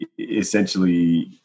essentially